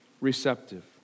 receptive